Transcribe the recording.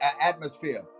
atmosphere